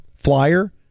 flyer